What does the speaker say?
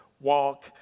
walk